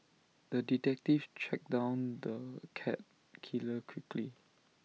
the detective tracked down the cat killer quickly